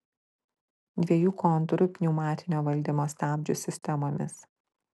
dviejų kontūrų pneumatinio valdymo stabdžių sistemomis